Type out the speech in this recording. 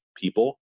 people